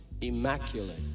immaculate